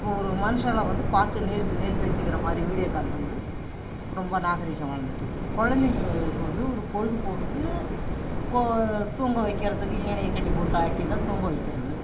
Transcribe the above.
ஒரு மனுஷனை வந்து பார்த்து நேருக்கு நேர் பேசிக்கிற மாதிரி வீடியோ கால் வந்து ரொம்ப நாகரிகம் வளர்ந்துட்ருக்கு குழந்தைங்களுக்கு வந்து ஒரு பொழுதுபோக்கு கோ தூங்க வைக்கிறதுக்கு ஏனைய கட்டிப்போட்டு ஆட்டி தான் தூங்க வைக்கிறது